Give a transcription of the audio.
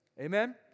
Amen